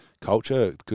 culture